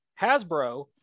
Hasbro